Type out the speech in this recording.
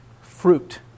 fruit